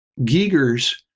giger's